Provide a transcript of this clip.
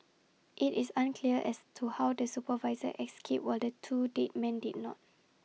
IT is unclear as to how the supervisor escaped while the two dead men did not